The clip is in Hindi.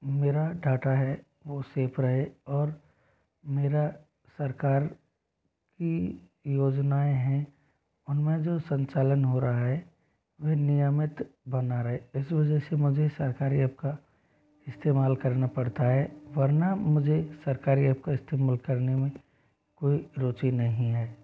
मेरा डाटा है वो सेफ रहे और मेरा सरकार की योजनाएँ हैं उनमें जो संचालन हो रहा है वे नियमित बना रहे इस वजह से मुझे सरकारी ऐप का इस्तेमाल करना पड़ता है वरना मुझे सरकारी ऐप का इस्तेमाल करने में कोई रुचि नहीं है